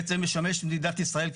בעצם משמש למדינת ישראל,